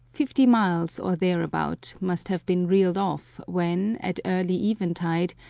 fifty miles, or thereabout, must have been reeled off when, at early eventide,